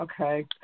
Okay